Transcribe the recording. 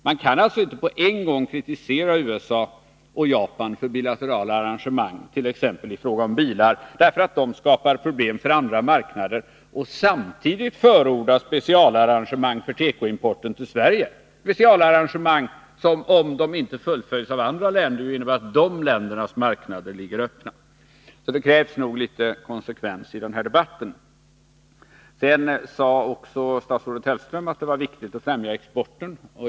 Man kan inte kritisera USA och Japan för bilaterala arrangemang, t.ex. i fråga om bilar, och hävda att dessa arrangemang skapar problem för andra marknader, och samtidigt förorda specialarrangemang för tekoimport till Sverige — specialarrangemang som, om de inte fullföljs av andra länder, ju innebär att dessa länders marknader ligger öppna. Det krävs en viss konsekvens i den här debatten. Sedan sade statsrådet Hellström att det var viktigt att främja exporten.